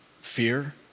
fear